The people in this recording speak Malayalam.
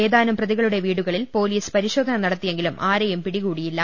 ഏതാനും പ്രതികളുടെ വീടുകളിൽ പൊലീസ് പരിശോധന നടത്തിയെങ്കിലും ആരെയും പിടികൂട്ടിയില്ല